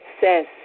says